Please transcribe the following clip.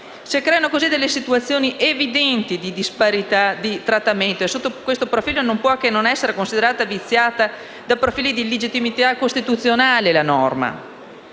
Si creano così delle situazioni evidenti di disparità di trattamento; sotto questo profilo, la norma non può non essere considerata viziata da profili di illegittimità costituzionale. Ma